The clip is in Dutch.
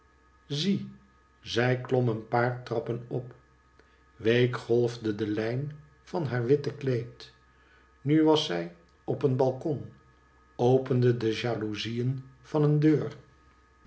zie zij klom een paar trappen op week golfde de lijn van haar witte kleed nu was zij op een balkon opende de jaloezieen van een deur